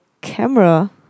camera